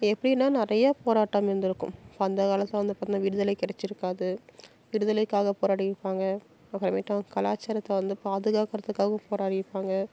எப்படின்னா நிறையா போராட்டம் இருந்திருக்கும் இப்போ அந்த காலத்தில் வந்து பார்த்திங்கன்னா விடுதலை கெடைச்சிருக்காது விடுதலைக்காக போராடியிருப்பாங்க அப்புறமேட்டு அவங்க கலாச்சாரத்தை வந்து பாதுகாக்கிறதுக்காகவும் போராடியிருப்பாங்க